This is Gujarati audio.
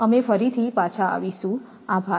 અમે ફરી પાછા આવીશું આભાર